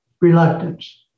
reluctance